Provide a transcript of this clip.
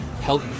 help